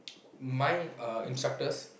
my uh instructors